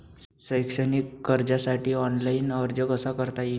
शैक्षणिक कर्जासाठी ऑनलाईन अर्ज कसा करता येईल?